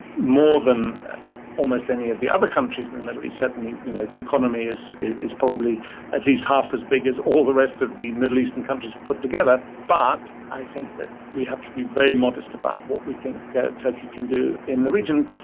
more than almost any of the other countries in the middle east, certainly you know its economy is is probably at least half as big as all the rest of the middle eastern and countries put together. but i think that we have to be very modest about what we think turkey can do in the region.